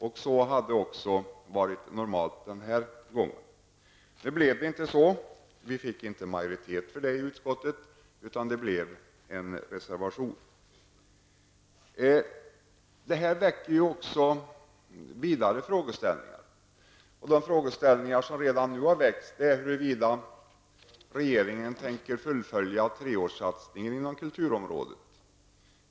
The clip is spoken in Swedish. Det hade också varit det normala den här gången, men nu blev det inte så. Vi fick inte majoritet för detta i utskottet, utan det blev i stället en reservation. Detta väcker också vidare frågor. Redan nu är frågan huruvida regeringen tänker fullfölja treårssatsningen inom kulturområdet.